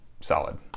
solid